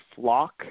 flock